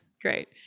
Great